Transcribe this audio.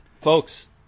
folks